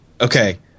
Okay